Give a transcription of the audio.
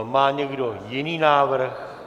Má někdo jiný návrh?